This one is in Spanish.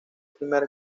primer